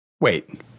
Wait